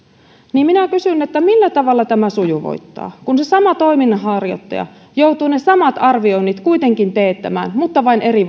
niin minä kysyn millä tavalla tämä sujuvoittaa kun se sama toiminnanharjoittaja joutuu ne samat arvioinnit kuitenkin teettämään mutta vain eri